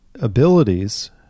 Abilities